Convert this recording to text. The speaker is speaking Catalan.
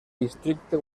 districte